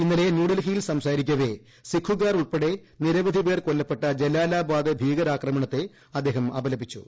ഇന്നലെ ന്യൂഡൽഹിയിൽ സംസാരിക്കവെ സിക്കുകാർ ഉൾപ്പെടെ നിരവധി പേർ കൊല്ലപ്പെട്ട ജലാലാബാദ് ഭീകരാക്രമണത്തെ അദ്ദേഹം അപലപിച്ചു